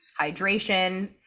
hydration